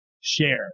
share